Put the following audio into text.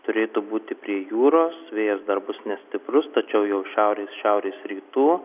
turėtų būti prie jūros vėjas dar bus nestiprus tačiau jau šiaurės šiaurės rytų